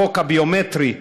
בחוק הביומטרי,